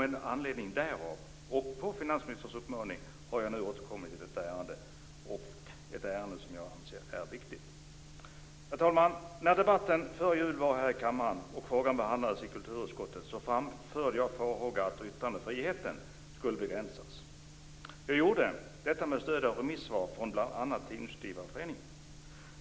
Med anledning därav och på finansministerns uppmaning har jag nu återkommit i detta ärende, ett ärende som jag anser vara viktigt. Fru talman! När debatten fördes före jul här i kammaren och frågan behandlades i kulturutskottet framförde jag en farhåga om att yttrandefriheten skulle begränsas. Detta gjorde jag med stöd av remissvar från bl.a. Tidningsutgivareföreningen.